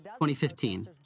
2015